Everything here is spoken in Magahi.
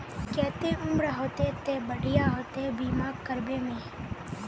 केते उम्र होते ते बढ़िया होते बीमा करबे में?